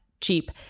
cheap